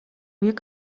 jak